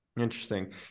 Interesting